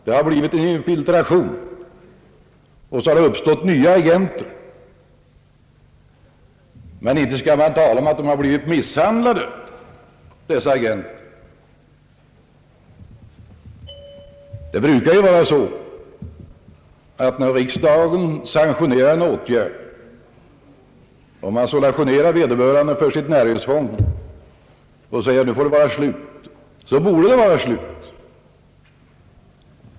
Det har blivit en infiltration, och nya agenter har kommit till, men inte skall man tala om att dessa agenter har blivit misshandlade. Det brukar vara så, att när riksdagen sanktionerar en åtgärd som innebär att man soulagerar en näringsidkare för att han upphör med sitt näringsfång och säger att hans verksamhet måste vara slut, borde den också vara slut.